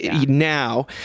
Now